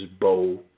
bow